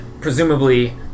presumably